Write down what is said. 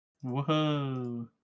Whoa